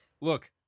look